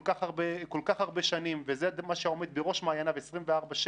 כך הרבה שנים וזה מה שעומד בראש מעייניו 24/7,